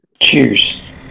cheers